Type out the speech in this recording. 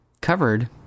covered